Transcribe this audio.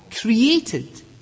created